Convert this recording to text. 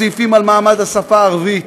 סעיפים על מעמד השפה הערבית,